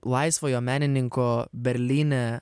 laisvojo menininko berlyne